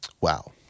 wow